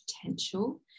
potential